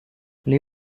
les